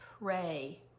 pray